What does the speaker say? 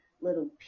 little